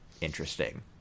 interesting